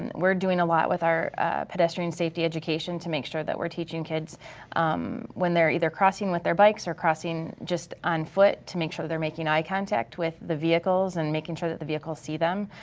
and we're doing a lot with our pedestrian safety education to make sure that we're teaching kids when they're either crossing with their bikes or crossing just on foot, to make sure they're making eye contact with the vehicles and making sure that the vehicles see them.